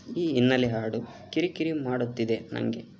ಈ ಹಿನ್ನೆಲೆ ಹಾಡು ಕಿರಿಕಿರಿ ಮಾಡುತ್ತಿದೆ ನನಗೆ